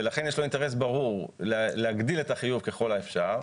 ולכן יש לו אינטרס ברור להגדיל את החיוב ככל האפשר.